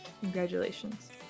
Congratulations